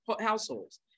households